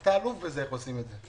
לא הם יכולים לתת על זה מענה.